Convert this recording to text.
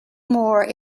more